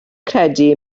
credu